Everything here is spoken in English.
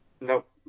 Nope